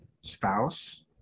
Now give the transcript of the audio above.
spouse